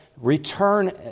return